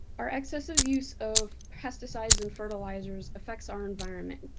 our excessive use of pesticides and fertilizers affects our environment.